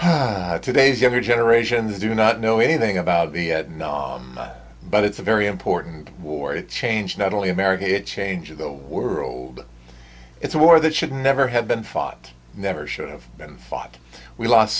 e today's younger generations do not know anything about the no but it's a very important change not only america it changes the world it's a war that should never have been fought never should have been fought we lost